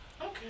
Okay